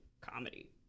comedy